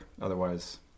Otherwise